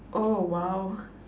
oh !wow!